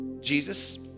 Jesus